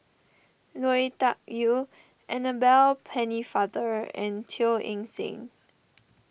Lui Tuck Yew Annabel Pennefather and Teo Eng Seng